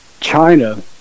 China